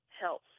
health